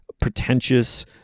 pretentious